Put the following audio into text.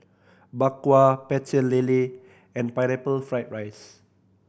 Bak Kwa Pecel Lele and Pineapple Fried rice